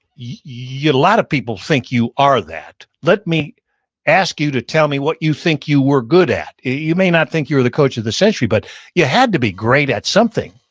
lot of people think you are that. let me ask you to tell me what you think you were good at. you may not think you were the coach of the century, but you had to be great at something.